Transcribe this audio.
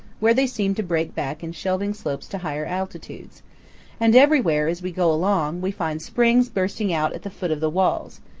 where they seem to break back in shelving slopes to higher altitudes and everywhere, as we go along, we find springs bursting out at the foot of the walls,